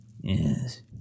Yes